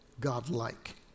godlike